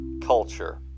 culture